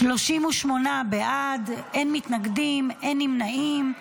38 בעד, אין מתנגדים ואין נמנעים.